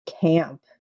camp